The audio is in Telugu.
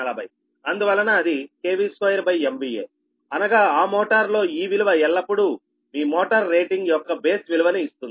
అందువలన అది 2MVAఅనగా ఆ మోటార్ లో ఈ విలువ ఎల్లప్పుడూ మీ మోటారు రేటింగ్ యొక్క బేస్ విలువను ఇస్తుంది